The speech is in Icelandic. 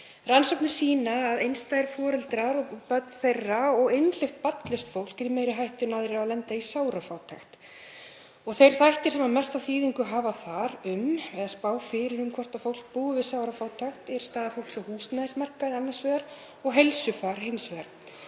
Rannsóknir sýna að einstæðir foreldrar og börn þeirra og einhleypt, barnlaust fólk, er í meiri hættu en aðrir á að lenda í sárafátækt. Þeir þættir sem mesta þýðingu hafa þar um, eða spá fyrir um hvort fólk búi við sárafátækt, er staða fólks á húsnæðismarkaði annars vegar og heilsufar hins vegar.